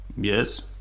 Yes